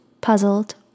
puzzled